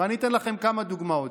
אני אתן לכם כמה דוגמאות: